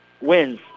wins